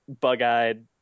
bug-eyed